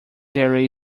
there